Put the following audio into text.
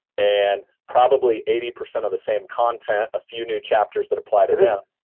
and probably eighty percent of the same content, a few new chapters that apply to them.